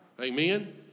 Amen